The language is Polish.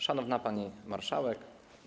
Szanowna Pani Marszałek!